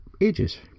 ages